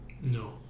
No